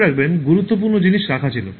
মনে রাখবেন গুরুত্বপূর্ণ জিনিস রাখা ছিল